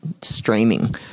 streaming